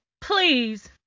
please